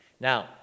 now